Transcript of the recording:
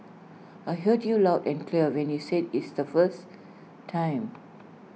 I heard you loud and clear when you said is the first time